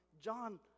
John